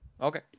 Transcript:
Okay